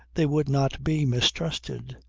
they would not be mistrusted.